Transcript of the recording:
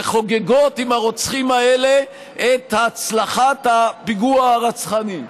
ושחוגגות עם הרוצחים האלה את הצלחת הפיגוע הרצחני.